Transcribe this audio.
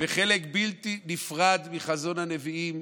וחלק בלתי נפרד מחזון הנביאים,